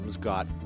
got